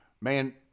man